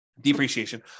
depreciation